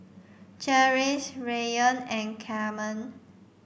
Cherise Raymond and Carmen